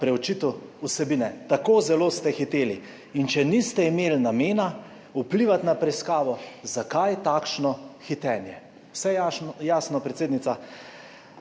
preučitve vsebine, tako zelo ste hiteli. Če niste imeli namena vplivati na preiskavo, zakaj takšno hitenje? Vse jasno, predsednica?